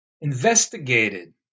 investigated